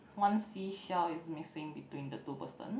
one seashell is missing between the two person